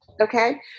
Okay